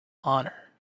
honor